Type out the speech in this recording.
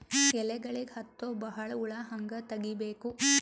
ಎಲೆಗಳಿಗೆ ಹತ್ತೋ ಬಹಳ ಹುಳ ಹಂಗ ತೆಗೀಬೆಕು?